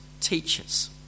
teachers